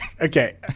Okay